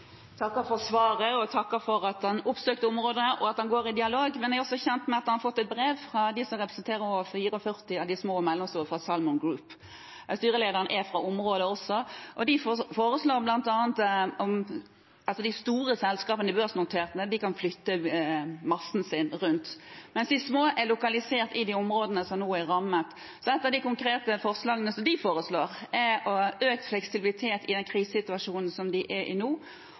takker for svaret, og jeg takker for at statsråden har oppsøkt området og går i dialog. Men jeg er også kjent med at han har fått et brev fra de som representerer over 44 av de små og mellomstore i Salmon Group. Styrelederen er også fra området. De store børsnoterte selskapene kan flytte massen sin rundt, mens de små er lokalisert i de områdene som nå er rammet. Ett av de konkrete tiltakene som de foreslår, er å ha økt fleksibilitet i den krisesituasjonen som de er i